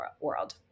world